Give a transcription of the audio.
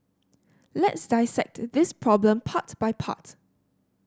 let's dissect this problem part by part